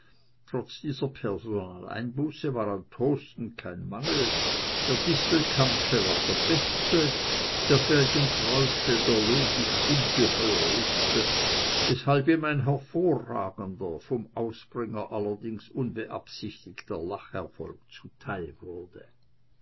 trotz dieser personal einbuße war an toasten kein mangel der distelkampsche war der beste der felgentreusche der logisch ungeheuerlichste weshalb ihm ein hervorragender vom ausbringer allerdings unbeabsichtigter lacherfolg zuteil wurde